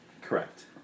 Correct